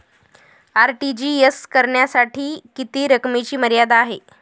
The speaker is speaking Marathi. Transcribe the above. आर.टी.जी.एस करण्यासाठी किती रकमेची मर्यादा आहे?